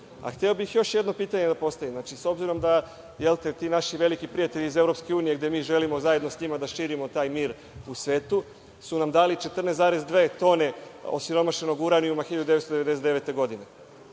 bih još jedno pitanje da postavim, s obzirom da ti naši veliki prijatelji iz EU, gde mi želimo zajedno sa njima da širimo taj mir u svetu, su nam dali 14,2 tone osiromašenog uranijuma 1999. godine.